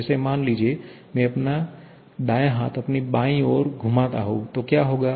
जैसे मान लीजिए मैं अपना दायाँ हाथ अपनी बाईं ओर घुमाता हूँ तो क्या होगा